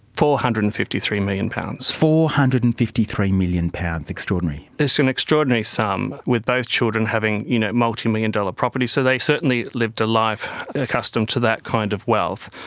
four hundred and fifty three million pounds. four hundred and fifty three million pounds, extraordinary. it's an extraordinary sum, with both children having you know multimillion dollar properties, so they certainly lived a life accustomed to that kind of wealth.